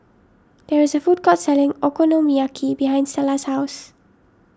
there is a food court selling Okonomiyaki behind Stella's house